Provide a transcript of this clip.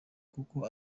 kuko